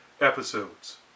episodes